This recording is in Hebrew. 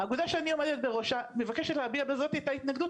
האגודה שאני עומדת בראשה מבקשת להביע בזאת את ההתנגדות